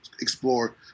explore